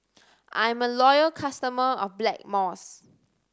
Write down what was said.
I'm a loyal customer of Blackmores